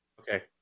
Okay